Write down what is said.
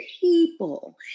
people